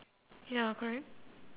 ya correct